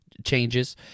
changes